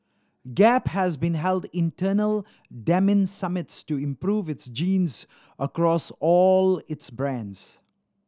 gap has even held internal denim summits to improve its jeans across all its brands